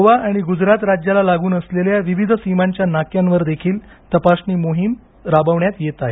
गोवा आणि गुजराथ राज्याला लागून असलेल्या विविध सीमांवर विविध नाक्यांवर देखील तपासणी मोहीम राबवण्यात येत आहे